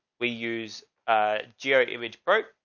we use a gre image boat,